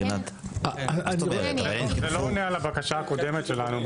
זה לא עונה על הבקשה הקודמת שלנו.